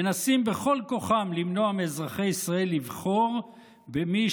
מנסים בכל כוחם למנוע מאזרחי ישראל לבחור במי